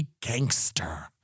gangster